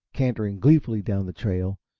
cantering gleefully down the trail,